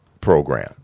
program